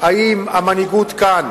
אם המנהיגות כאן